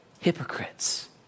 hypocrites